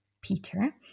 Peter